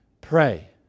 Pray